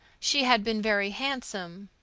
she had been very handsome,